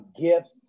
gifts